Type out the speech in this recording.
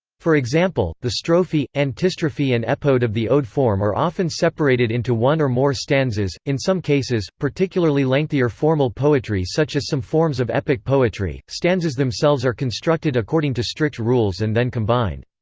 for example, the strophe, antistrophe and epode of the ode form are often separated into one or more stanzas in some cases, particularly lengthier formal poetry such as some forms of epic poetry, stanzas themselves are constructed according to strict rules and then combined.